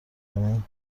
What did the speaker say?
کنی